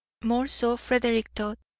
more so, frederick thought,